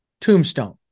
Tombstone